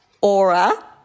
aura